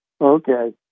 Okay